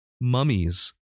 mummies